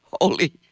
Holy